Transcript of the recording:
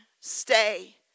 Stay